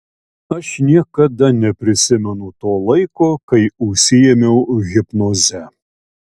aš niekada neprisimenu to laiko kai užsiėmiau hipnoze